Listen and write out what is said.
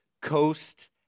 coast